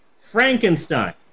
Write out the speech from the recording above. Frankenstein